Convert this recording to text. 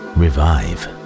revive